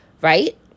Right